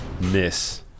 miss